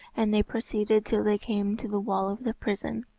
and they proceeded till they came to the wall of the prison,